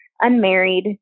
unmarried